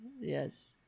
Yes